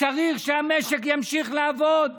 צריך שהמשק ימשיך לעבוד,